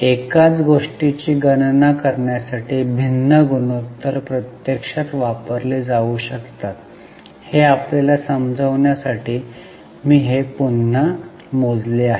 एकाच गोष्टीची गणना करण्यासाठी भिन्न गुणोत्तर प्रत्यक्षात वापरले जाऊ शकतात हे आपल्याला समजवण्यासाठी मी हे पुन्हा मोजले आहे